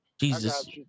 Jesus